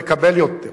מקבל יותר.